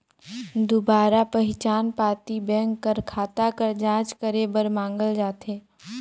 दुबारा पहिचान पाती बेंक कर खाता कर जांच करे बर मांगल जाथे